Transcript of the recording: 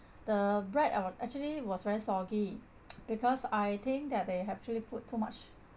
the bread ac~ actually was very soggy because I think that they actually put too much